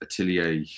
Atelier